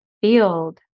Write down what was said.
field